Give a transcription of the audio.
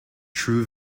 true